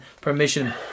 permission